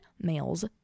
male's